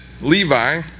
Levi